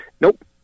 Nope